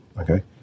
okay